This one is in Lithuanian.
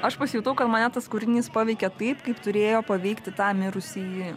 aš pasijutau kad mane tas kūrinys paveikė taip kaip turėjo paveikti tą mirusįjį